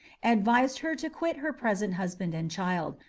advised her to quit her present husband and child,